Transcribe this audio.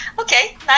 okay